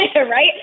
right